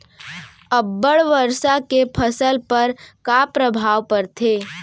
अब्बड़ वर्षा के फसल पर का प्रभाव परथे?